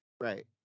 Right